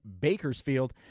Bakersfield